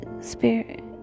spirit